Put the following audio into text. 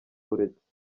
uretse